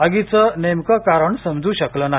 आगीचं नेमकं कारण समजू शकलं नाही